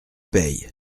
paye